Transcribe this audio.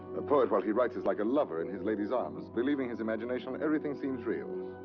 a poet, while he writes, is like a lover in his lady's arms, believing his imagination, everything seems real.